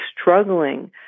struggling